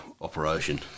operation